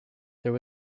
there